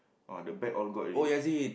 !wah! the back all got already